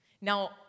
Now